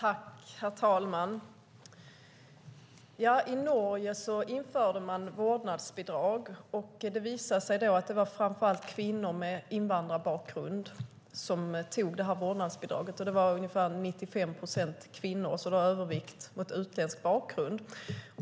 Herr talman! I Norge införde man vårdnadsbidrag. Det visade sig att det var 95 procent kvinnor som fick vårdnadsbidraget och att det var framför allt kvinnor med invandrarbakgrund som fick det.